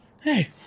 hey